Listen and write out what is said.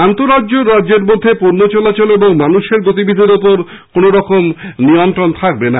আন্তঃরাজ্য ও রাজ্যের মধ্যে পণ্য চলাচল ও মানুষের গতিবিধির ওপর কোনোরকম নিয়ন্ত্রণ থাকছে না